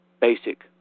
basic